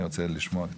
אני רוצה לשמוע.